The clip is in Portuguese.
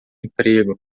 emprego